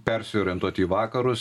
persiorientuot į vakarus